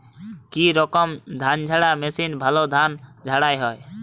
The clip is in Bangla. কি রকম ধানঝাড়া মেশিনে ভালো ধান ঝাড়া হয়?